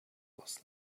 was